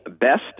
best